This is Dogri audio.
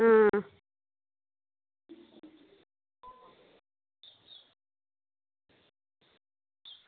अं